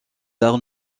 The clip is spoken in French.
art